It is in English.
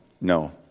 no